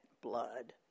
blood